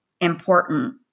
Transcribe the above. important